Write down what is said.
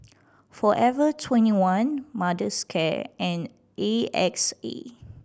Forever Twenty One Mother's Care and A X A